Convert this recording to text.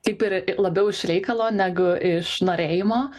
kaip ir labiau iš reikalo negu iš norėjimo